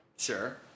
Sure